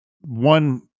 one